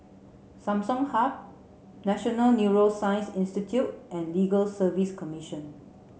Samsung Hub National Neuroscience Institute and Legal Service Commission